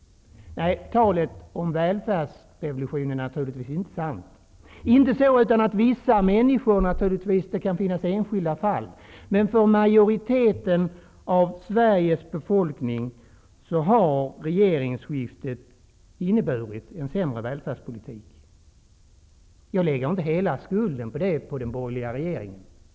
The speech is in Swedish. Nej, talet om välfärdsrevolution är naturligtvis inte sant. För vissa enskilda människor kan det vara sant, men för majoriteten av Sveriges befolkning har regeringsskiftet inneburit en försämrad välfärdspolitik. Jag lägger inte hela skulden för det på den borgerliga regeringen.